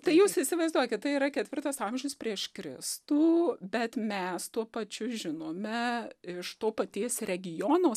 tai jūs įsivaizduokit tai yra ketvirtas amžius prieš kristų bet mes tuo pačiu žinome iš to paties regiono